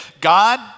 God